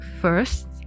first